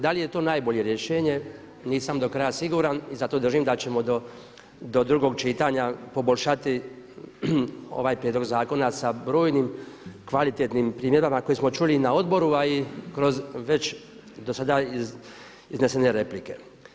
Da li je to najbolje rješenje, nisam do kraja siguran i zato držim da ćemo do drugog čitanja poboljšati ovaj prijedlog zakona sa brojnim kvalitetnim primjedbama koje smo čuli na odboru a i kroz već do sada iznesene replike.